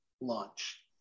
launch